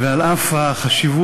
ועל אף החשיבות,